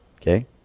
okay